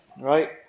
Right